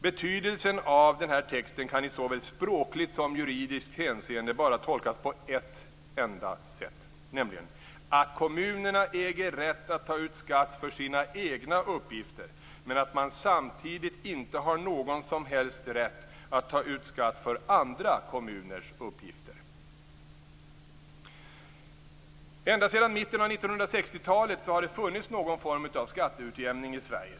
Betydelsen av denna text kan i såväl språkligt som juridiskt hänseende bara tolkas på ett enda sätt, nämligen att kommunerna äger rätt att ta ut skatt för sina egna uppgifter, men att man samtidigt inte har någon som helst rätt att ta ut skatt för andra kommuners uppgifter. Ända sedan mitten av 1960-talet har det funnits någon form av skatteutjämning i Sverige.